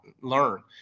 learn